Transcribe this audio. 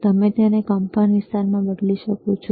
તમે તેને કંપનવિસ્તારમાં બદલી શકો છો